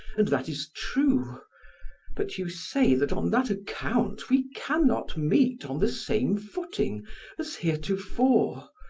and that is true but you say that on that account we can not meet on the same footing as heretofore,